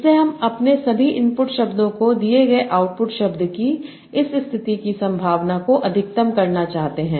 इसलिए हम अपने सभी इनपुट शब्दों को दिए गए आउटपुट शब्द की इस स्थिति की संभावना को अधिकतम करना चाहते हैं